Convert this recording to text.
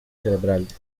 cerebrales